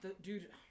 dude